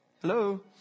Hello